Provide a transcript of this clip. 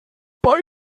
bei